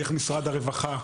דרך משרד הרווחה,